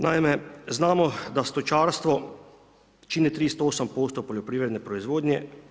Naime, znamo da stočarstvo čini 38% poljoprivredne proizvodnje.